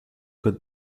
cohn